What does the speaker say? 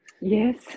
Yes